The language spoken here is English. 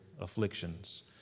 afflictions